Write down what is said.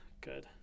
good